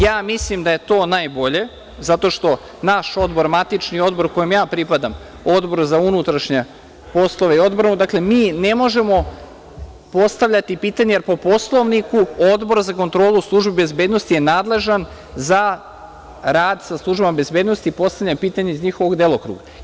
Ja mislim da je to najbolje, zato što naš odbor, matični odbor kojem ja pripadam Odbor za unutrašnje poslove i odbranu, dakle, mi ne možemo postavljati pitanja, jer po Poslovniku Odbor za kontrolu službi bezbednosti je nadležan za rad sa službama bezbednosti, postavljanje pitanja iz njihovog delokruga.